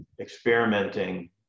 experimenting